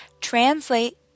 Translate